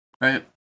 right